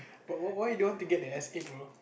but why why you don't want to get the S eight bro